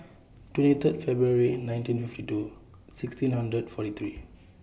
twenty Third February nineteen fifty two sixteen hundred forty three